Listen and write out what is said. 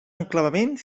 enclavament